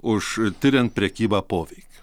už tiriant prekybą poveikiu